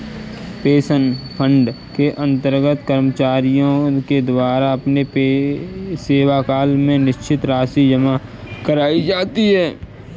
pension fund के अंतर्गत कर्मचारियों के द्वारा अपने सेवाकाल में निश्चित राशि जमा कराई जाती है